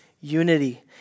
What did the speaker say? unity